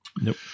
Nope